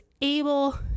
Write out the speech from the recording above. able